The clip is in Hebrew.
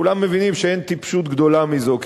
וכולם מבינים שאין טיפשות גדולה מזו,